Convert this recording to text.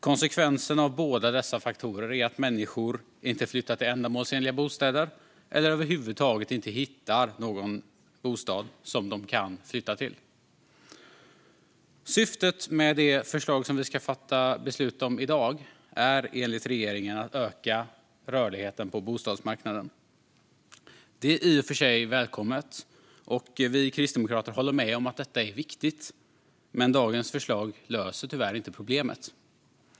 Konsekvensen av båda dessa faktorer är att människor inte flyttar till ändamålsenliga bostäder eller över huvud taget inte hittar någon bostad som de kan flytta till. Syftet med det förslag som vi ska fatta beslut om i dag är enligt regeringen att öka rörligheten på bostadsmarknaden. Det är i och för sig välkommet, och vi kristdemokrater håller med om att detta är viktigt. Men dagens förslag löser tyvärr inte problemet.